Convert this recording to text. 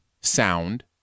sound